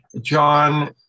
John